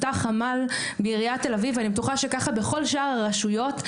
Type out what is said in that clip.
ואני בטוחה שזה ככה גם בשאר הרשויות,